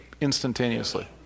instantaneously